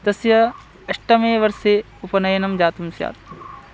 तस्य अष्टमे वर्षे उपनयनं जातं स्यात्